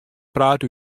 praat